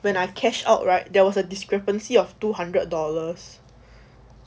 when I cash out right there was a discrepancy of two hundred dollars